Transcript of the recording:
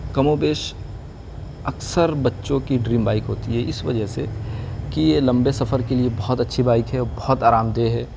کم و بیش اکثر بچوں کی ڈریم بائک ہوتی ہے اس وجہ سے کہ یہ لمبے سفر کے لیے بہت اچھی بائک ہے اور بہت آرام دہ ہے